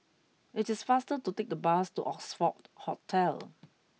it is faster to take the bus to Oxford Hotel